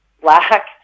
black